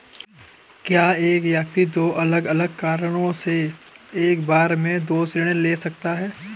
क्या एक व्यक्ति दो अलग अलग कारणों से एक बार में दो ऋण ले सकता है?